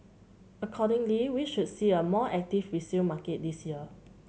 accordingly we should see a more active resale market this year